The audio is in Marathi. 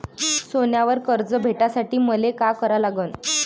सोन्यावर कर्ज भेटासाठी मले का करा लागन?